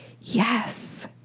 yes